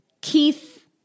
Keith